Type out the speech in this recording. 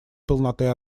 полноты